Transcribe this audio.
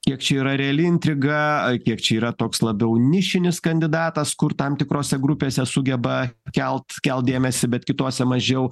kiek čia yra reali intriga kiek čia yra toks labiau nišinis kandidatas kur tam tikrose grupėse sugeba kelt kelt dėmesį bet kitose mažiau